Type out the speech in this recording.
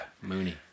Mooney